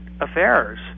affairs